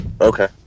Okay